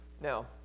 Now